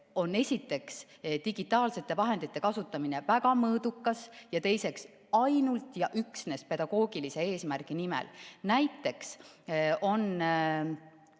esiteks, digitaalsete vahendite kasutamine väga mõõdukas, ja teiseks, ainult ja üksnes pedagoogilise eesmärgi nimel. Näiteks on